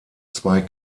zwei